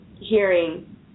hearing